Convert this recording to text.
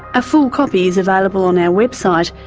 a full copy is available on our website.